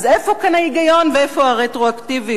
אז איפה כאן ההיגיון ואיפה הרטרואקטיביות?